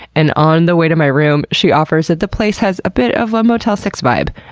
and on the way to my room she offers that the place has a bit of a motel six vibe,